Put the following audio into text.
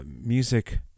music